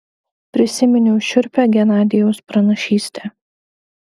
prisiminiau šiurpią genadijaus pranašystę